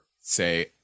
say